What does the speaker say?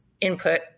input